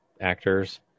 actors